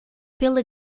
pela